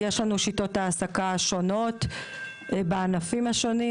יש לנו שיטות העסקה שונות בענפים השונים,